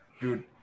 Dude